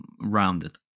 rounded